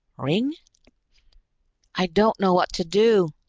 ringg i don't know what to do!